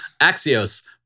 Axios